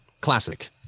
Classic